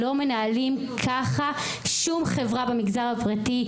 לא מנהלים ככה שום חברה במגזר הפרטי.